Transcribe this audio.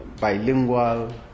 bilingual